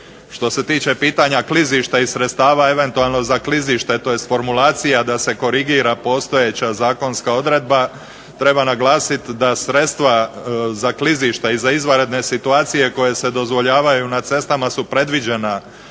Što se tiče pitanja klizišta i sredstava eventualno za klizište, tj. formulacija da se korigira postojeća zakonska odredba, treba naglasiti da sredstva za klizišta i za izvanredne situacije koje se dozvoljavaju na cestama su predviđena